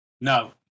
No